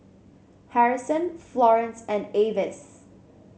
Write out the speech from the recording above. Harrison Florance and Avis